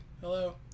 Hello